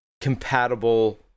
compatible